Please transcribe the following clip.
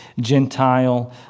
Gentile